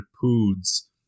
poods